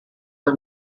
for